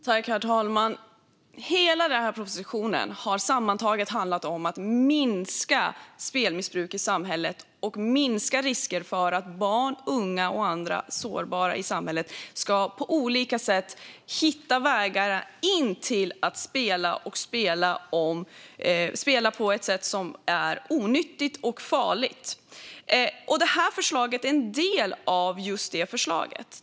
Herr talman! Hela propositionen har sammantaget handlat om att minska spelmissbruk i samhället och minska risken att barn, unga och andra sårbara i samhället på olika sätt ska hitta vägar in i spelandet och in i att spela på ett sätt som är onyttigt och farligt. Detta förslag är en del av just det.